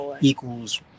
equals